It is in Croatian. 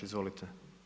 Izvolite.